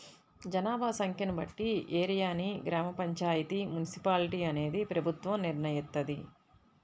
జనాభా సంఖ్యను బట్టి ఏరియాని గ్రామ పంచాయితీ, మున్సిపాలిటీ అనేది ప్రభుత్వం నిర్ణయిత్తది